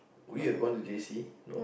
we have gone to J_C no